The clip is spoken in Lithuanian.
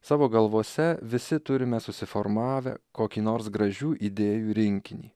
savo galvose visi turime susiformavę kokį nors gražių idėjų rinkinį